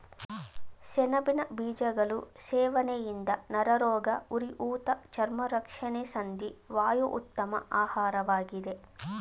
ಸೆಣಬಿನ ಬೀಜಗಳು ಸೇವನೆಯಿಂದ ನರರೋಗ, ಉರಿಊತ ಚರ್ಮ ರಕ್ಷಣೆ ಸಂಧಿ ವಾಯು ಉತ್ತಮ ಆಹಾರವಾಗಿದೆ